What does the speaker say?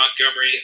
Montgomery